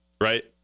Right